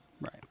Right